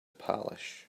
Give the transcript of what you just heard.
polish